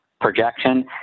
projection